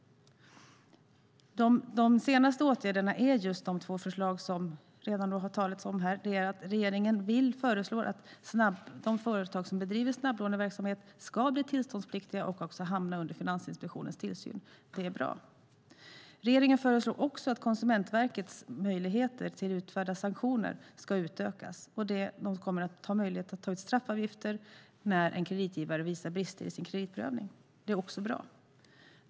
De senaste åtgärderna är just de två förslag som det redan har talats om. Regeringen föreslår alltså att de företag som bedriver snabblåneverksamhet ska bli tillståndspliktiga och hamna under Finansinspektionens tillsyn. Det är bra. Regeringen föreslår också att Konsumentverkets möjligheter att utfärda sanktioner ska utökas. De kommer att ha möjlighet att ta ut straffavgifter när en kreditgivare visar brister i sin kreditprövning. Det är också bra.